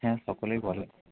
হ্যাঁ সকলেই বলে